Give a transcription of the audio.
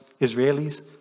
Israelis